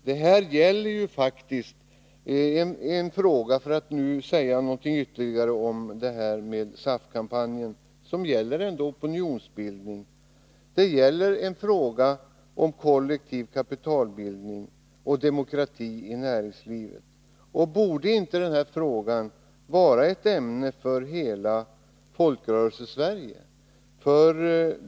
Detta gäller faktiskt en opinionsbildande fråga, för att säga något ytterligare om SAF-kampanjen, om kollektiv kapitalbildning och demokrati i näringslivet. Borde inte den frågan vara ett ämne för hela Folkrörelsesverige?